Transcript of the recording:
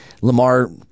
Lamar